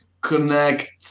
connect